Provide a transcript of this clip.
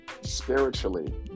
spiritually